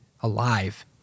alive